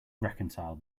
reconcile